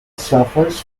suffers